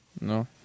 No